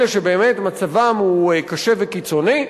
אלה שבאמת מצבם הוא קשה וקיצוני,